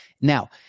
Now